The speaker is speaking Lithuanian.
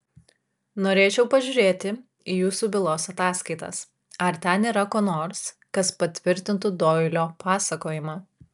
norėčiau pažiūrėti į jūsų bylos ataskaitas ar ten yra ko nors kas patvirtintų doilio pasakojimą